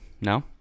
No